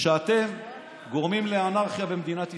שאתם גורמים לאנרכיה במדינת ישראל.